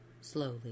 slowly